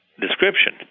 description